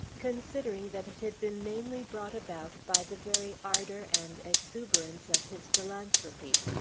considering that it had been mainly brought about by the very ardor and exuberance of his philanthropy.